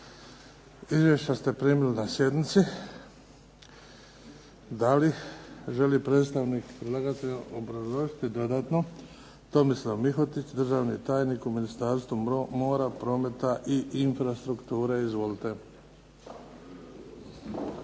Izvješća ste primili na sjednici. Da li želi predstavnik predlagatelja obrazložiti dodatno? Tomislav Mihotić, državni tajnik u Ministarstvu mora, prometa i infrastrukture. Izvolite.